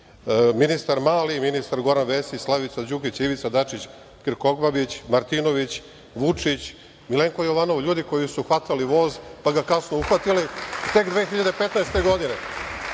ministar Mali, ministar Goran Vesić, Slavica Đukić, Ivica Dačić, Krkobabić, Martinović, Vučić, Milenko Jovanov, ljudi koji su hvatali voz, pa ga kasno uhvatili, tek 2015. godine. Vi